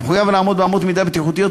המחויב לעמוד באמות מידה בטיחותיות,